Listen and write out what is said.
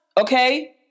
Okay